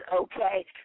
okay